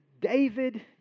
David